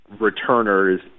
returners